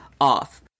off